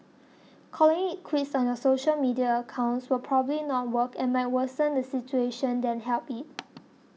calling it quits on your social media accounts will probably not work and might worsen the situation than help it